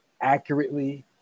accurately